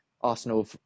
Arsenal